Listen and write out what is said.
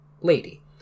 Lady